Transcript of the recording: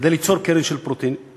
כדי ליצור קרן של פרוטונים,